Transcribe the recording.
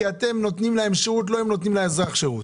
כי אתם נותנים להם שירות ולא הם נותנים לאזרח שירות.